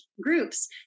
groups